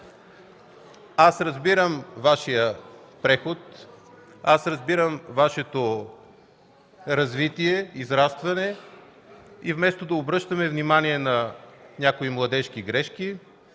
Аз разбирам Вашия преход, Вашето развитие, израстване и вместо на обръщаме внимание на някои младежки грешки,